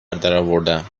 درآوردم